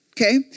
okay